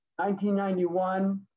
1991